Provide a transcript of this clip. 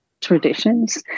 traditions